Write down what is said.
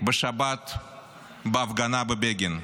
בשבת בהפגנה בבגין: